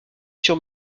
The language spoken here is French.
sur